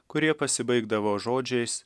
kurie pasibaigdavo žodžiais